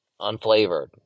Unflavored